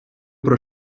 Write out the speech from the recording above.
про